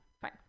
fine